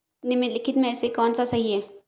निम्नलिखित में से कौन सा सही है?